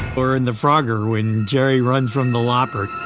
or, in the frogger, when jerry runs from the lopper